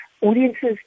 Audiences